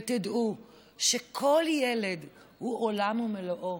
ותדעו שכל ילד הוא עולם ומלואו,